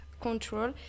control